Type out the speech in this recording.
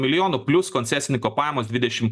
milijonų plius koncesininko pajamos dvidešim